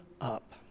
up